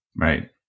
Right